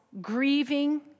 grieving